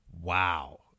Wow